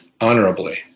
honorably